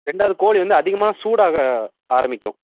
ரெண்டாவது கோழி வந்து அதிகமாக சூடாக ஆரம்மிக்கும்